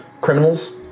criminals